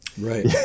Right